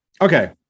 Okay